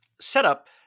setup